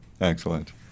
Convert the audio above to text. Excellent